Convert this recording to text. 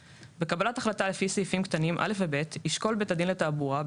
(ג)בקבלת החלטה לפי סעיפים קטנים (א) ו-(ב) ישקול בית דין לתעבורה,